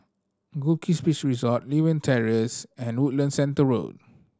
Goldkist Beach Resort Lewin Terrace and Woodlands Centre Road